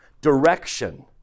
direction